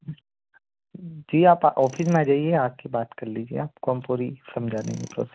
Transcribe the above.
जी आप ऑफिस में आ जाइए आके बात कर लीजिए ही समझा देंगे प्रोसेस